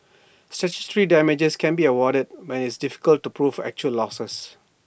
statutory damages can be awarded when IT is difficult to prove actual losses